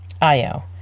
IO